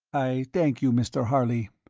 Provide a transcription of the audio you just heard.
i thank you, mr. harley.